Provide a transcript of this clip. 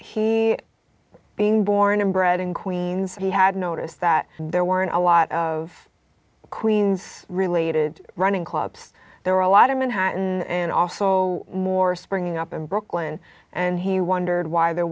he being born and bred in queens he had noticed that there weren't a lot of queens related running clubs there were a lot of manhattan and also more springing up in brooklyn and he wondered why there